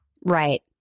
right